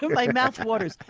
my mouth waters,